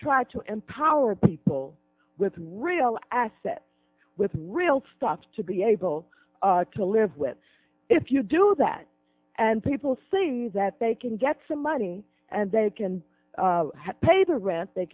try to empower people with real assets with real stuff to be able to live with if you do that and people see that they can get some money and they can pay the rent they